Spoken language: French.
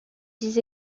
dix